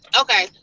okay